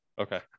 Okay